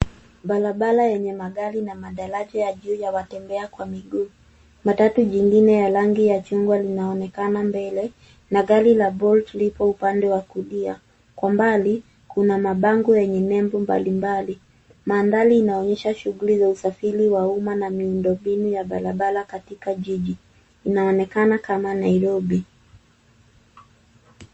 Barabara yenye magari na madaraja ya juu ya watembea kwa minguu. Matatu jingine ya rangi ya chungwa linaonekana mbele, na gari la bolt lipo upande wa kulia. Kwa mbali, kuna mabango yenye nembo mbalimbali. Mandhari inaonyesha shughuli za usafiri wa umma na miundombinu ya barabara katika jiji. Linaonekana kama Nairobi.